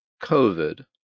COVID